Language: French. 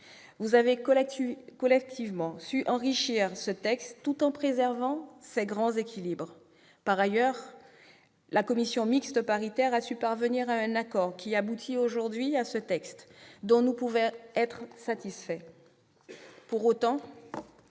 Vous avez su, collectivement, enrichir ce texte, tout en préservant ses grands équilibres. Par ailleurs, la commission mixte paritaire a su parvenir à un accord, qui aboutit aujourd'hui à un texte dont nous pouvons être satisfaits.